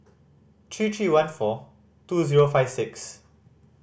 three three one four two zero five six